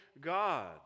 God